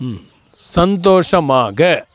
ம் சந்தோஷமாக